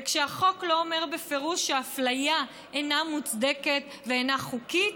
וכשהחוק לא אומר בפירוש שאפליה אינה מוצדקת ואינה חוקית,